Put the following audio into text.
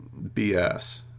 bs